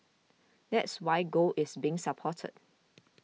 that's why gold is being supported